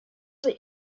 that